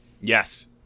Yes